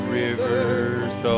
rivers